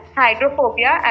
hydrophobia